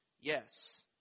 yes